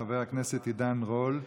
חבר הכנסת עידן רול,